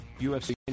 UFC